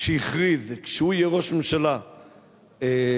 שהכריז שכשהוא יהיה ראש הממשלה לא